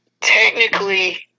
technically